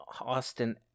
Austin